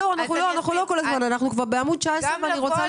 אני לא רוצה לחזור.